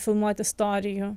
filmuot istorijų